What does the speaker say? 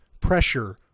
pressure